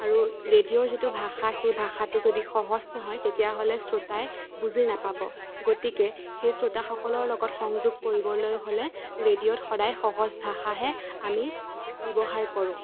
আৰু ৰেডিঅ'ৰ যিটো ভাষা সেই ভাষাটো যদি সহজ নহয় তেতিয়াহ'লে শ্ৰোতাই বুজি নাপাব গতিকে সেই শ্ৰোতাসকলৰ লগত সংযোগ কৰিবলৈ হ'লে ৰেডিঅ'ত সদায় সহজ ভাষাহে আমি ব্যৱহাৰ কৰোঁ